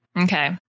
Okay